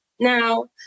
Now